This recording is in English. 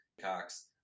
Cox